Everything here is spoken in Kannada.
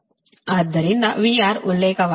ಆದ್ದರಿಂದ VR ಉಲ್ಲೇಖವಾಗಿದೆ